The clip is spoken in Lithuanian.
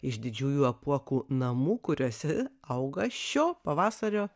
iš didžiųjų apuokų namų kuriuose auga šio pavasario